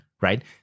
right